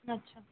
আচ্ছা